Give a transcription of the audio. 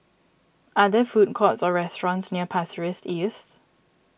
are there food courts or restaurants near Pasir Ris East